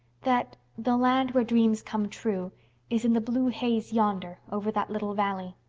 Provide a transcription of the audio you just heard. that the land where dreams come true is in the blue haze yonder, over that little valley.